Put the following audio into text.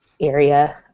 area